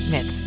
Met